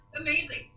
amazing